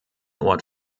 ort